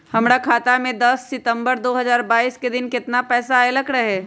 हमरा खाता में दस सितंबर दो हजार बाईस के दिन केतना पैसा अयलक रहे?